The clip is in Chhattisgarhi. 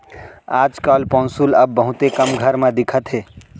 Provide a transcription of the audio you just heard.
आज काल पौंसुल अब बहुते कम घर म दिखत हे